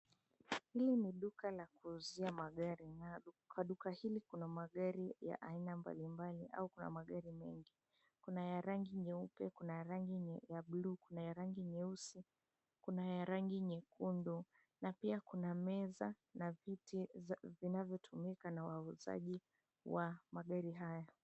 Hii ni duka la kuuzia magari na kwa duka hili kuna magari ya aina mbali mbali au kuna magari mengi. Kuna ya rangi nyeupe, kuna ya rangi ya blue , kuna ya rangi nyeusi, kuna ya rangi nyekundu na pia kuna meza na viti vinavyotumika na wauzaji wa magari haya.